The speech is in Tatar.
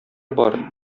бар